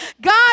God